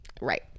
Right